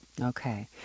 Okay